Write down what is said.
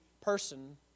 person